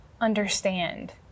understand